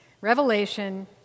Revelation